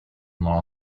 law